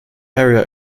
area